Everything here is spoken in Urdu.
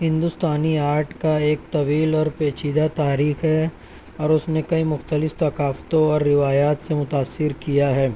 ہندوستانی آرٹ کا ایک طویل اور پیچیدہ تاریخ ہے اور اس نے کئی مختلف ثقافتوں اور روایات سے متاثر کیا ہے